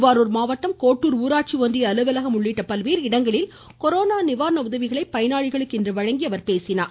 திருவாரூர் மாவட்டம் கோட்டூர் ஊராட்சி ஒன்றிய அலுவலகம் உள்ளிட்ட பல்வேறு இடங்களில் கொரோனா நிவாரண உதவிகளை பயனாளிகளுக்கு இன்று வழங்கி அமைச்சர் பேசினார்